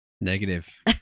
Negative